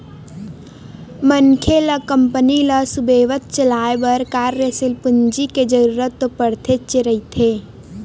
मनखे ल कंपनी ल सुबेवत चलाय बर कार्यसील पूंजी के जरुरत तो पड़तेच रहिथे